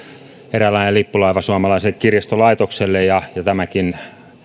eräänlainen lippulaiva suomalaiselle kirjastolaitokselle tämäkin